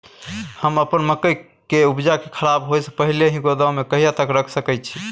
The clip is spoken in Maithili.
हम अपन मकई के उपजा के खराब होय से पहिले ही गोदाम में कहिया तक रख सके छी?